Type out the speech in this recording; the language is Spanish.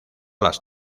las